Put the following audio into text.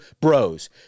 Bros